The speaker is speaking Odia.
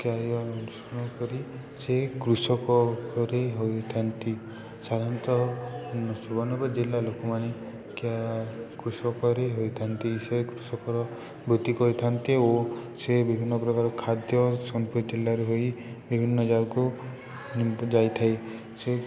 ଅନୁସରଣ କରି ସେ କୃଷକ ପରି ହୋଇଥାନ୍ତି ସାଧାରଣତଃ ସୁବର୍ଣପୂର ଜିଲ୍ଲା ଲୋକମାନେ କା କୃଷକରେ ହୋଇଥାନ୍ତି ସେ କୃଷକର ବୃତ୍ତି କରିଥାନ୍ତି ଓ ସେ ବିଭିନ୍ନ ପ୍ରକାର ଖାଦ୍ୟ ଜିଲ୍ଲାରେ ହୋଇ ବିଭିନ୍ନ ଜାଗାକୁ ଯାଇଥାଏ ସେ